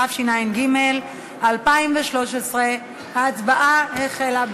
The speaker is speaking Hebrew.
התשע"ג 2013. ההצבעה החלה,